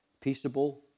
peaceable